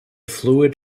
fluid